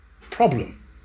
problem